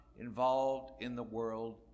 involved-in-the-world